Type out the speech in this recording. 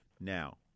Now